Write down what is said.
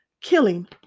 killing